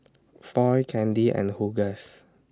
Foy Candi and Hughes